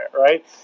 right